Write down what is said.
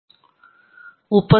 ಸಂಶೋಧನಾ professor Arun K